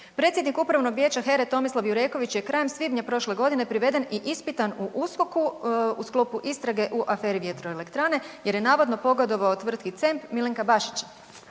Predsjednik upravnog vijeća HERA-e Tomislav Jureković je krajem svibnja prošle godine priveden i ispitan u USKOK-u u sklopu istrage u aferi „Vjetroelektrane“ jer je navodno pogodovao tvrtki C.E.M.P. Milenka Bašića.